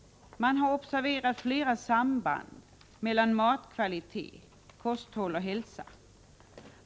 Man har observerat flera samband mellan matkvalitet, kosthåll och hälsa.